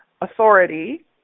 authority